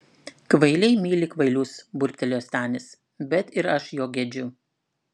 kvailiai myli kvailius burbtelėjo stanis bet ir aš jo gedžiu